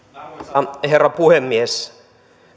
arvoisa herra puhemies